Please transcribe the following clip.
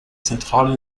zentral